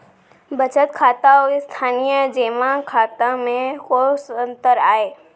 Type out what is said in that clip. बचत खाता अऊ स्थानीय जेमा खाता में कोस अंतर आय?